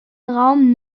raum